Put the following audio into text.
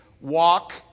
walk